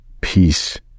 peace